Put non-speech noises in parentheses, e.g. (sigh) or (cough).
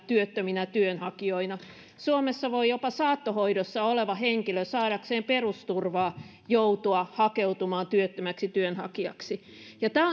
työttöminä työnhakijoina suomessa voi jopa saattohoidossa oleva henkilö saadakseen perusturvaa joutua hakeutumaan työttömäksi työnhakijaksi tämä (unintelligible)